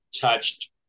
touched